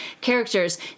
characters